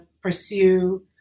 pursue